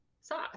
sauce